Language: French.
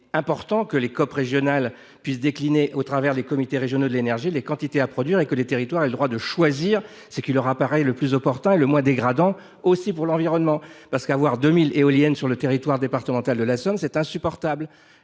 est important que les COP régionales, au travers des comités régionaux de l’énergie, puissent décliner les quantités à produire et que les territoires aient le droit de choisir ce qui leur paraît le plus opportun et le moins dégradant pour l’environnement : avoir 2 000 éoliennes sur le territoire départemental de la Somme, c’est insupportable